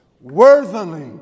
Worthily